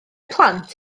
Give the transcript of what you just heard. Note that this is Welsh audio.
plant